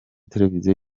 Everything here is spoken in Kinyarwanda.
televiziyo